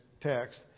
text